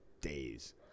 days